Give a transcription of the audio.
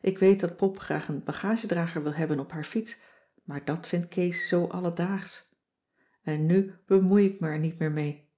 ik weet dat pop graag een bagagedrager wil hebben op haar fiets maar dat vindt kees zoo alledaagsch en nu bemoei ik mij er niet meer mee